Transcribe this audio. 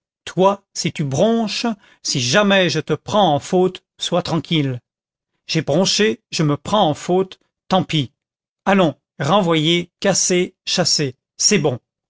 toi si tu bronches si jamais je te prends en faute sois tranquille j'ai bronché je me prends en faute tant pis allons renvoyé cassé chassé c'est bon